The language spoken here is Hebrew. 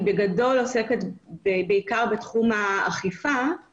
בגדול אני עוסקת בעיקר בתחום האכיפה,